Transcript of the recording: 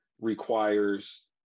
requires